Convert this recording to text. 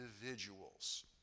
individuals